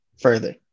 further